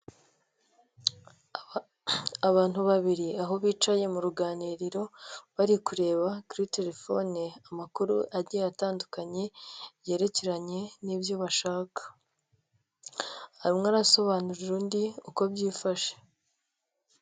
Abantu babiri aho bicaye mu ruganiriro bari kureba kuri telefone amakuru agiye atandukanye yerekeranye n'ibyo bashaka, umwe arasobanurira undi uko byifashe.